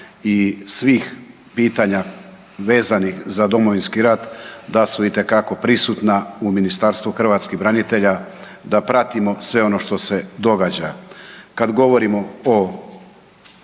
i svih pitanja vezanih za Domovinski rat, da su itekako prisutna u Ministarstvu hrvatskih branitelja, da pratimo sve ono što se događa. Kad govorimo o